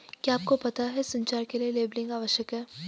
क्या आपको पता है संचार के लिए लेबलिंग आवश्यक है?